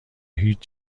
هیچ